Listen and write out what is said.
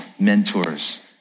mentors